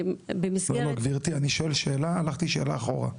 לא, לא גברתי, אני שואל שאלה, הלכת לי שאלה אחורה.